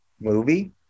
movie